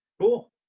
cool